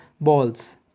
balls